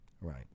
Right